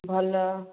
ଭଲ